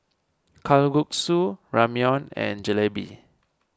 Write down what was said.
Kalguksu Ramyeon and Jalebi